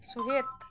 ᱥᱩᱦᱮᱫ